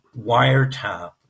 wiretap